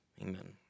amen